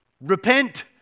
repent